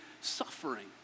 suffering